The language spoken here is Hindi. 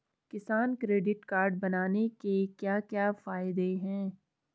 किसान क्रेडिट कार्ड बनाने के क्या क्या फायदे हैं?